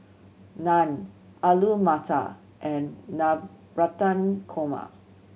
Naan Alu Matar and Navratan Korma